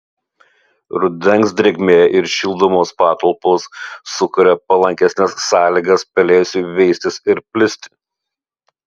rudens drėgmė ir šildomos patalpos sukuria palankesnes sąlygas pelėsiui veistis ir plisti